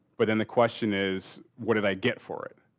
but then the question is what did i get for it?